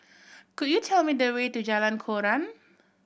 could you tell me the way to Jalan Koran